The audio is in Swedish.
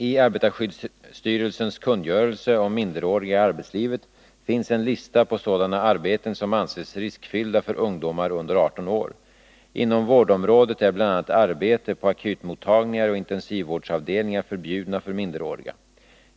I arbetarskyddsstyrelsens kungörelse om minderåriga i arbetslivet finns en lista på sådana arbeten som anses riskfyllda för ungdomar under 18 år. Inom vårdområdet är bl.a. arbete på akutmottagningar och intensivvårdsavdelningar förbjudna för minderåriga.